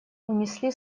унесли